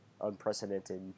unprecedented